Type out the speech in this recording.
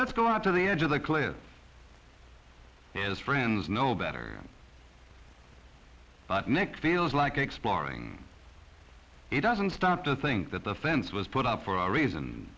let's go out to the edge of the cliff as friends know better but nick feels like exploring he doesn't start to think that the fence was put up for a reason